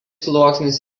sluoksnis